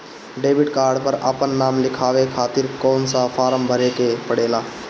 Debit card पर आपन नाम लिखाये खातिर कौन सा फारम भरे के पड़ेला?